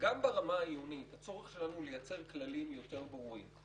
גם ברמה העיונית הצורך שלנו הוא ליצור כללים יותר ברורים.